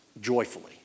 joyfully